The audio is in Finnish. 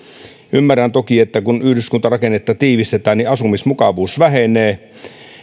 ymmärrän toki että kun yhdyskuntarakennetta tiivistetään niin asumismukavuus vähenee